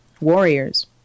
warriors